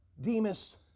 Demas